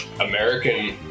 American